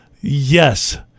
Yes